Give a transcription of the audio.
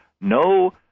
no